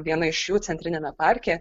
viena iš jų centriniame parke